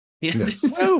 Yes